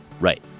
Right